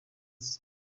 azi